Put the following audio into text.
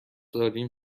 داریم